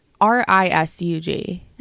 R-I-S-U-G